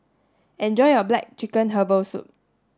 enjoy your black chicken herbal soup